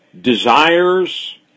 desires